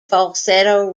falsetto